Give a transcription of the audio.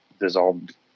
dissolved